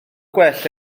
gwell